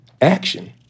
action